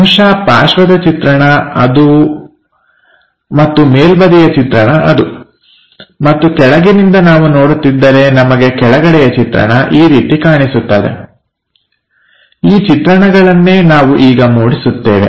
ಬಹುಶಃ ಪಾರ್ಶ್ವದ ಚಿತ್ರಣ ಅದು ಮತ್ತು ಮೇಲ್ಬದಿಯ ಚಿತ್ರಣ ಅದು ಮತ್ತು ಕೆಳಗಿನಿಂದ ನಾವು ನೋಡುತ್ತಿದ್ದರೆ ನಮಗೆ ಕೆಳಗಡೆಯ ಚಿತ್ರಣ ಈ ರೀತಿ ಕಾಣಿಸುತ್ತವೆ ಈ ಚಿತ್ರಣಗಳನ್ನೇ ನಾವು ಈಗ ಮೂಡಿಸುತ್ತೇವೆ